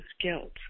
guilt